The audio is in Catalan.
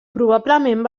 probablement